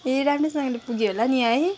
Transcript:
ए राम्रौसँगले पुग्यौ होला नि है